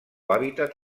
hàbitat